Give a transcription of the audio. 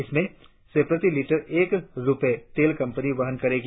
इसमें से प्रति लीटर एक रुपये तेल कंपनियां वहन करेगी